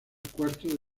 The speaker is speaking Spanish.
cuarto